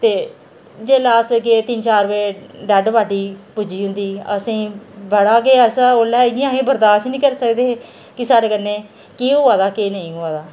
ते जिसले अस गे तिन्न चार बजे डैड्ड बाडी पुज्जी उं'दी असेंगी बड़ा गै अस उसलै इ'यां हे अस बरदाश्त गै नेईं करी सकदे हे कि साढ़े कन्नै केह् होआ दा के नेईं होआ दा